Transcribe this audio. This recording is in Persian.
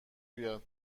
بیاد